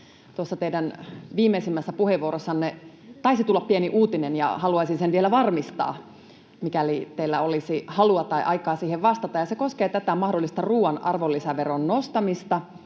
teidän viimeisimmässä puheenvuorossanne taisi tulla pieni uutinen, ja haluaisin sen vielä varmistaa, mikäli teillä olisi halua tai aikaa siihen vastata. Se koskee tätä mahdollista ruuan arvonlisäveron nostamista,